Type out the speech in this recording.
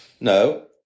No